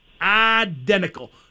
Identical